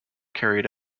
carried